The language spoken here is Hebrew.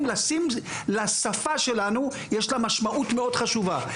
לשפה שלנו יש משמעות מאוד חשובה,